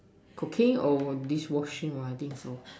cooking or dish washing or I think so